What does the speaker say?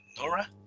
Nora